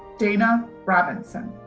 daina robinson.